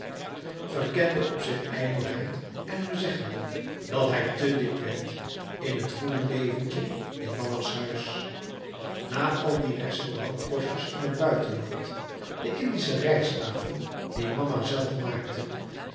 werkende op zijn ijdelheid en hem zeggende dat hij te dik werd in het goede leventje in mama's huis na al zijn restaurantkostjes in het buitenland de indische rijsttafel die mama zelf maakte